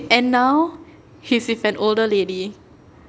and now he's with an older lady